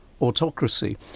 autocracy